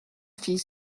fils